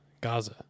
Gaza